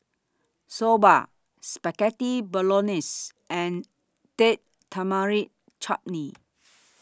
Soba Spaghetti Bolognese and Date Tamarind Chutney